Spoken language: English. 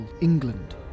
England